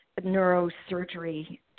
neurosurgery